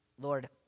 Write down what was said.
Lord